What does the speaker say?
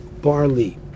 barley